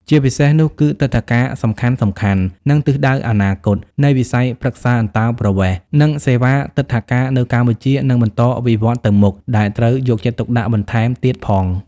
ជាពិសេសនោះគឺ និន្នាការសំខាន់ៗ និងទិសដៅអនាគត នៃវិស័យប្រឹក្សាអន្តោប្រវេសន៍ និងសេវាទិដ្ឋាការនៅកម្ពុជានឹងបន្តវិវឌ្ឍន៍ទៅមុខ ដែលត្រូវយកចិត្តទុកដាក់បន្ថែមទៀតផង។